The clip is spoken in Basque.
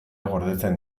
gordetzen